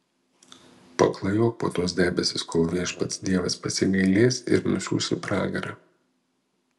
paklajok po tuos debesis kol viešpats dievas pasigailės ir nusiųs į pragarą